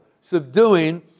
subduing